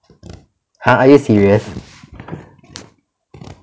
!huh! are you serious